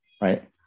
right